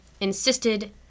insisted